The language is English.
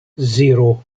zero